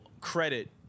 credit